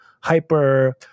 hyper